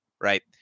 right